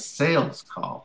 sales call